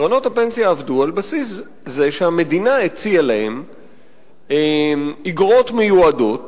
קרנות הפנסיה עבדו על בסיס זה שהמדינה הציעה להם איגרות מיועדות